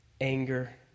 anger